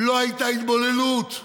לא הייתה התבוללות.